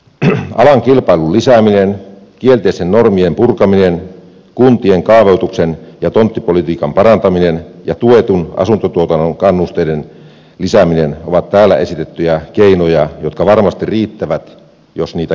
alan kilpailun lisääminen kielteisten normien purkaminen kuntien kaavoituksen ja tonttipolitiikan parantaminen ja tuetun asuntotuotannon kannusteiden lisääminen ovat täällä esitettyjä keinoja jotka varmasti riittävät jos niitä käytettäisiin